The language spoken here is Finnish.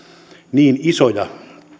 niin isoja